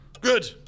Good